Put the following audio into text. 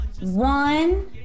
One